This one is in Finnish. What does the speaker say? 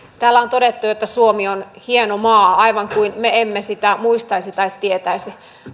täällä on todettu jo että suomi on hieno maa aivan kuin me emme sitä muistaisi tai tietäisi